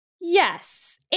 Yes